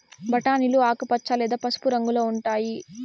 బఠానీలు ఆకుపచ్చ లేదా పసుపు రంగులో ఉంటాయి